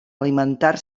alimentar